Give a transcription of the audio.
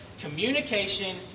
communication